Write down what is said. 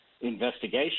investigation